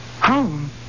Home